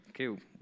okay